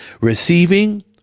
Receiving